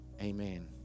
Amen